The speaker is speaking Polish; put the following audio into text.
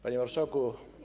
Panie Marszałku!